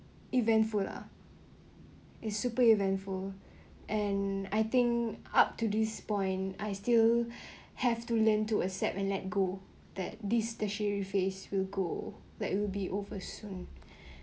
eventful lah is super eventful and I think up to this point I still have to learn to accept and let go that these tertiary phase will go like it'll be over soon